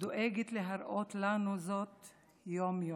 דואגת להראות לנו זאת יום-יום,